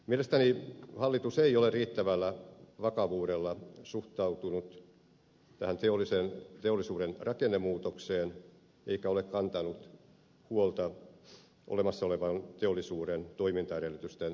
mielestäni hallitus ei ole riittävällä vakavuudella suhtautunut tähän teollisuuden rakennemuutokseen eikä ole kantanut huolta olemassa olevan teollisuuden toimintaedellytysten turvaamisesta